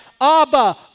Abba